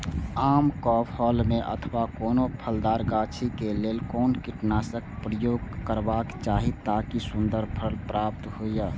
आम क फल में अथवा कोनो फलदार गाछि क लेल कोन कीटनाशक प्रयोग करबाक चाही ताकि सुन्दर फल प्राप्त हुऐ?